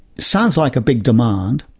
sounds like a big demand,